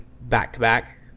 back-to-back